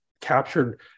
captured